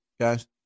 guys